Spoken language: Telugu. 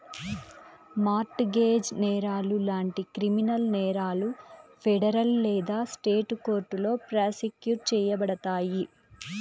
మార్ట్ గేజ్ నేరాలు లాంటి క్రిమినల్ నేరాలు ఫెడరల్ లేదా స్టేట్ కోర్టులో ప్రాసిక్యూట్ చేయబడతాయి